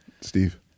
Steve